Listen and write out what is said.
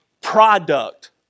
product